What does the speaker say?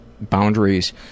boundaries